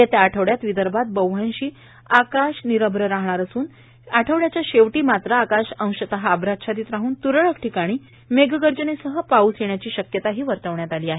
येत्या आठवड्यात विदर्भात बव्हंशी आकाश निरश्न राहणार असून आठवड्याच्या शेवटी मात्र आकाश अंशतः अभ्राच्छादित राहून तूरळक ठिकाणी मेघगर्जनेसह पाऊस येण्याचीही शक्यता वर्तविण्यात आली आहे